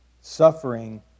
suffering